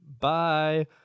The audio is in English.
Bye